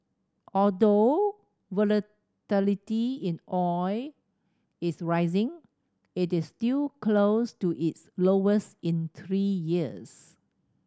although volatility in oil is rising it is still close to its lowest in three years